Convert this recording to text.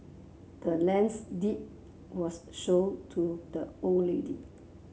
the land's deed was show to the old lady